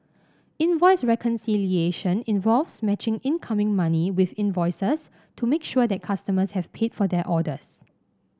invoice reconciliation involves matching incoming money with invoices to make sure that customers have paid for their orders